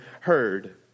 heard